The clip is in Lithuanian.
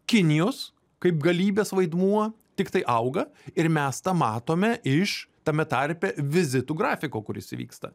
kinijos kaip galybės vaidmuo tiktai auga ir mes tą matome iš tame tarpe vizitų grafiko kuris įvyksta